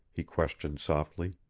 he questioned softly.